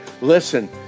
Listen